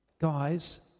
guys